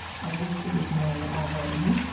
i wish it was may already!